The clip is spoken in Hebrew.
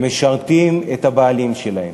הם משרתים את הבעלים שלהם.